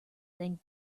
then